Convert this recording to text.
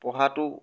পঢ়াটো